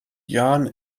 jahren